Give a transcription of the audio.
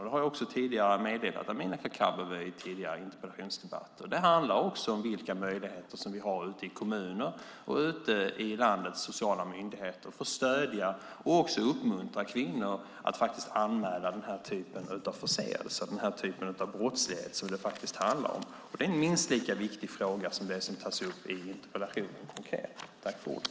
Det har jag också meddelat Amineh Kakabaveh i tidigare interpellationsdebatter. Det handlar också om vilka möjligheter vi har ute i kommuner och i landets sociala myndigheter för att stödja och uppmuntra kvinnor att anmäla den här typen av brottslighet som det faktiskt handlar om. Det är en lika viktig fråga som det som tas upp konkret i interpellationen.